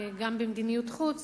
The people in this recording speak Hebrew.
גם במדיניות חוץ,